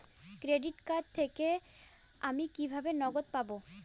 Credit card থেকে আমি কিভাবে নগদ পাব?